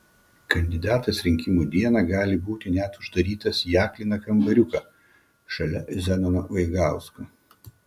kandidatas rinkimų dieną gali būti net uždarytas į akliną kambariuką šalia zenono vaigausko